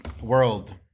world